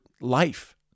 life